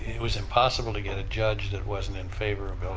it was impossible to get a judge that wasn't in favor of ah